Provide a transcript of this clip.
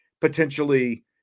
potentially